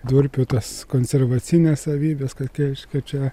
durpių tas konservacines savybes kokia reiškia čia